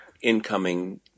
incoming